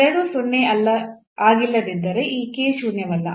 ಇವೆರಡೂ ಸೊನ್ನೆ ಆಗಿಲ್ಲದಿದ್ದರೆ ಈ k ಶೂನ್ಯವಲ್ಲ